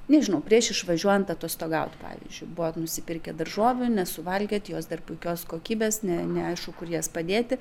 nežinau prieš išvažiuojant atostogaut pavyzdžiui buvot nusipirkę daržovių nesuvalgėt jos dar puikios kokybės ne neaišku kur jas padėti